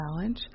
challenge